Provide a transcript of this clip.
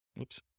Oops